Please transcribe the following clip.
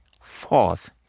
fourth